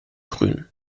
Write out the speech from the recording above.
grün